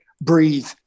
breathe